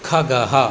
खगः